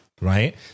right